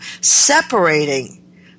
separating